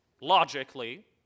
logically